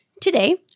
Today